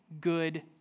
good